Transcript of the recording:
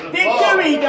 Victory